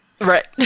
Right